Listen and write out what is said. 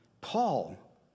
Paul